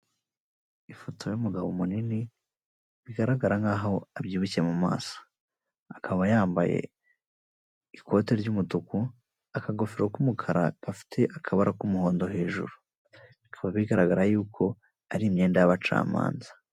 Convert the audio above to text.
Ifoto y'umugabo munini bigaragara nk'aho abyibushye mu maso, akaba yambaye ikote ry'umutuku, akagofero k'umukara gafite akabara k'umuhondo hejuru, bikaba bigaragara yuko ari imyenda y'abacamanza.